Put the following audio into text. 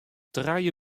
trije